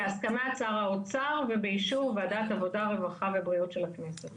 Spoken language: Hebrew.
בהסכמת שר האוצר ובאישור וועדת עבודה רווחה ובריאות של הכנסת.